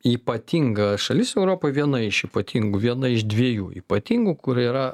ypatinga šalis europoj viena iš ypatingų viena iš dviejų ypatingų kur yra